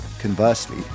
conversely